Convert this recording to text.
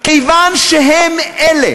כיוון שהם אלה